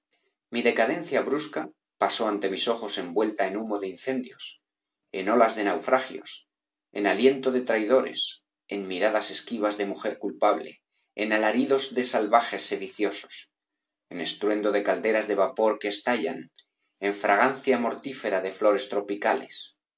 mi decadencia brusca'pasó ante mis ojos envuelta en humo de incendios en olas de naufragios en aliento de traidores en miradas esquivas de mujer culpable en alaridos de salvajes sediciosos en estruendo de calderas de vapor que estallaban en fragancia mortífera de flores tropicales